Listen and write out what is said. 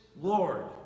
Lord